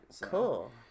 Cool